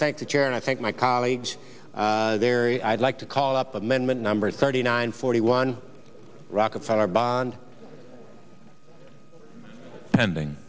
thank the chair and i thank my colleagues very i'd like to call up amendment number thirty nine forty one rockefeller bond pending